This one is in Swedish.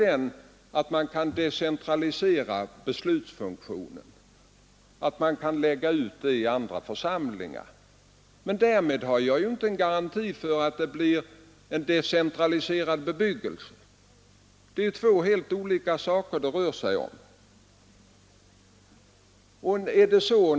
Man kan naturligtvis decentralisera beslutsfunktionen och lägga ut den i andra organ, men därmed har man ju inga garantier för att det blir en decentraliserad bebyggelse. Där rör det sig om två helt olika saker.